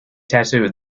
tattoo